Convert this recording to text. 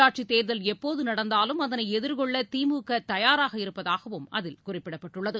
உள்ளாட்சித் தேர்தல் எப்போது நடந்தாலும் அதனை எதிர்கொள்ள திமுக தயாராக இருப்பதாகவும் அதில் குறிப்பிடப்பட்டுள்ளது